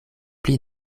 pli